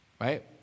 Right